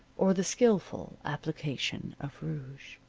or the skillful application of rouge.